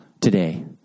today